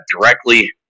directly